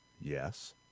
yes